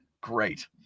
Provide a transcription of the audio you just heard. Great